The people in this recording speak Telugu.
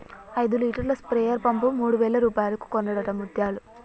ఐదు లీటర్ల స్ప్రేయర్ పంపు మూడు వేల రూపాయలకు కొన్నడట ముత్యాలు